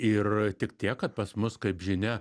ir tik tiek kad pas mus kaip žinia